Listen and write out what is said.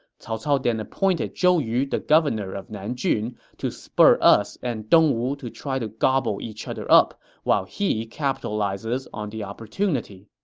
cao cao then appointed zhou yu the governor of nanjun to spur us and dongwu to try to gobble each other up while he capitalizes on the opportunity.